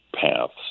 paths